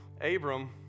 Abram